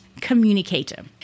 communicator